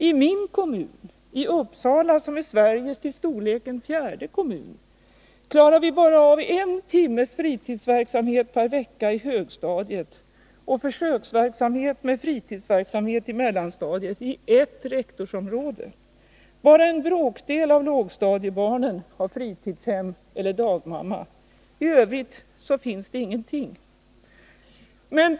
I min kommun — Uppsala, som är Sveriges till storleken fjärde kommun — klarar vi bara av en timmes fritidsverksamhet per vecka i högstadiet och försöksverksamhet med fritidsverksamhet i mellanstadiet i ert rektorsområde. Bara en bråkdel av lågstadiebarnen har fritidshem eller dagmamma. I Övrigt finns ingenting!